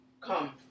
come